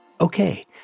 Okay